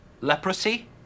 Leprosy